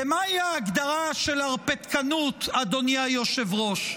כי מהי ההגדרה של הרפתקנות, אדוני היושב-ראש?